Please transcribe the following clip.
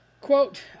Quote